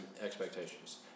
expectations